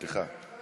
סליחה.